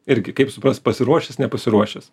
irgi kaip suprast pasiruošęs nepasiruošęs